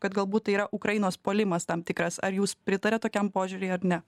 kad galbūt tai yra ukrainos puolimas tam tikras ar jūs pritariat tokiam požiūriui ar ne